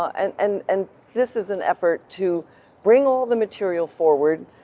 and and and this is an effort to bring all the material forward,